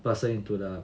person into the